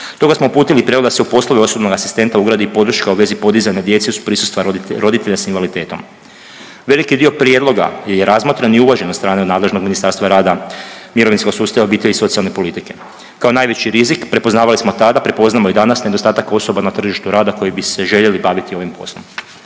Stoga smo uputili prijedlog da sa se poslove osobnog asistenta ugradi i podrška u vezi podizanja djece uz prisustva roditelja s invaliditetom. Veliki dio prijedloga je i razmatran uvažen od strane nadležnog Ministarstva rada, mirovinskog sustava i socijalne politike. Kao najveći rizik prepoznavali smo tada, a prepoznamo i danas nedostatak osoba na tržištu rada koji bi se željeli baviti ovim poslom.